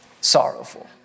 sorrowful